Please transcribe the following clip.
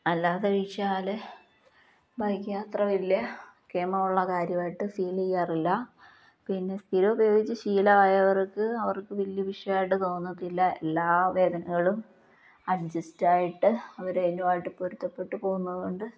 അല്ലാതെ ഒഴിച്ചാൽ ബൈക്ക് യാത്ര വലിയ കേമമുള്ള കാര്യമായിട്ട് ഫീല് ചെയ്യാറില്ല പിന്നെ സ്ഥിരം ഉപയോഗിച്ച് ശീലമായവർക്ക് അവർക്ക് വലിയ വിഷയമായിട്ട് തോന്നത്തില്ല എല്ലാ വേദനകളും അഡ്ജസ്റ്റ് ആയിട്ട് അവർ അതിനുമായിട്ട് പൊരുത്തപ്പെട്ട് പോകുന്നത് കൊണ്ട്